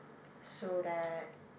so that